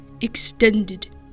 extended